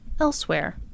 elsewhere